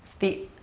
the